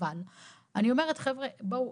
אבל אני אומרת חבר'ה בואו,